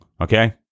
okay